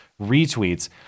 retweets